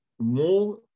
more